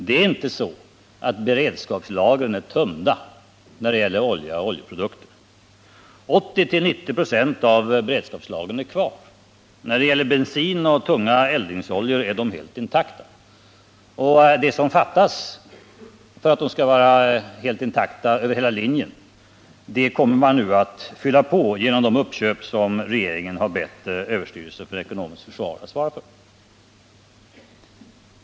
Det är inte så att beredskapslagren av olja och oljeprodukter är tömda. 80-90 96 av beredskapslagren är kvar. När det gäller bensin och tunga eldningsoljor är de helt intakta. Det som fattas för att de skall vara helt intakta över hela linjen kommer man nu att fylla på genom de uppköp som regeringen bett överstyrelsen för ekonomiskt försvar att göra.